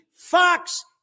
Fox